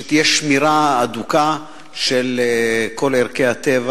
שתהיה שמירה הדוקה על כל ערכי הטבע